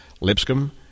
Lipscomb